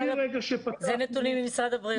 זה נתונים ממשרד הבריאות.